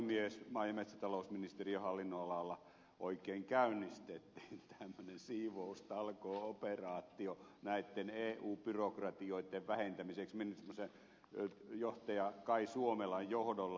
maa ja metsätalousministeriön hallinnonalalla oikein käynnistettiin tämmöinen siivoustalkoo operaatio näiden eu byrokratioiden vähentämiseksi johtaja kai suomelan johdolla